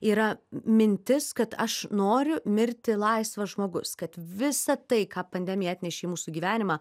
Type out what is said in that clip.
yra mintis kad aš noriu mirti laisvas žmogus kad visa tai ką pandemija atnešė į mūsų gyvenimą